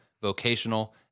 vocational